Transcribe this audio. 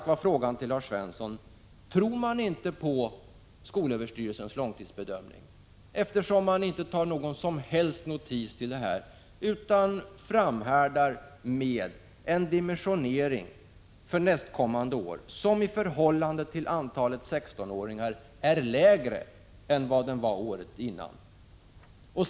Tror man alltså inte på skolöverstyrelsens långtidsbedömning, eftersom man inte tar någon som helst notis om denna utan framhärdar med en dimensionering för nästkommande år som i förhållande till antalet 16-åringar är lägre än vad den var året innan?